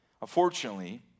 unfortunately